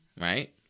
right